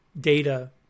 data